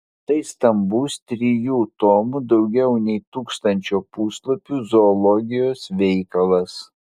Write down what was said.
tai stambus trijų tomų daugiau nei tūkstančio puslapių zoologijos veikalas